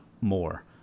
more